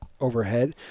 overhead